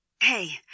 Hey